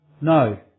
No